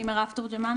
אני מירב תורג'מן,